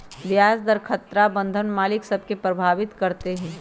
ब्याज दर खतरा बन्धन मालिक सभ के प्रभावित करइत हइ